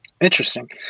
Interesting